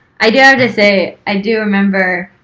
i do have to say, i do remember